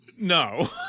no